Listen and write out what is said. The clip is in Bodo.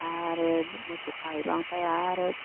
आरो मोसौ खाहैबा ओमफ्राय आरो